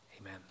Amen